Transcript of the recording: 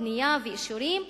בנייה ואישורים,